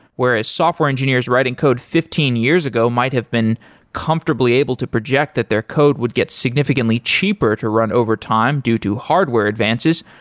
whereas, software engineers writing code fifteen years ago might have been comfortably able to project that their code would get significantly cheaper to run over time due to hardware advances.